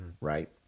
right